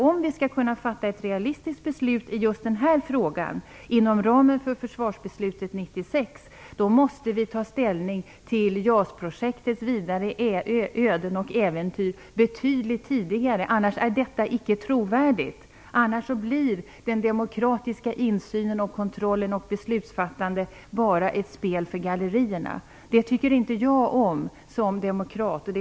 Om vi skall kunna fatta ett realistiskt beslut i just denna fråga inom ramen för försvarsbeslutet 1996 måste vi ta ställning till JAS-projektets vidare öden och äventyr betydligt tidigare. Annars är det icke trovärdigt. Annars blir den demokratiska insynen, kontrollen och beslutsfattandet bara ett spel för gallerierna. Det tycker jag som demokrat inte om.